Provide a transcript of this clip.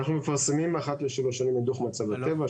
אנחנו מפרסמים אחת לשלוש שנים דוח מצב הטבע,